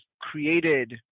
created